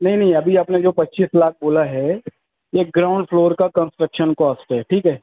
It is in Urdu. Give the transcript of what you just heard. نہیں نہیں ابھی آپ نے جو پچیس لاکھ بولا ہے یہ گراؤنڈ فلور کا کنسٹرکشن کاسٹ ہے ٹھیک ہے